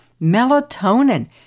Melatonin